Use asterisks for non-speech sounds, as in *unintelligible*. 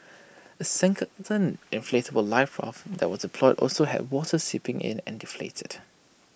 A second *unintelligible* inflatable life of that was deployed also had water seeping in and deflated